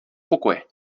pokoje